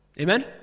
Amen